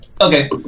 Okay